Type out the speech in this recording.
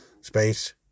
space